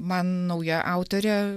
man nauja autorė